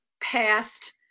past